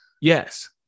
Yes